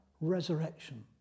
resurrection